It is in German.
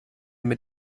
mit